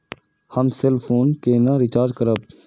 हम cell phone केना recharge करब?